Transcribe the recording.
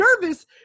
nervous